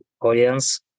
audience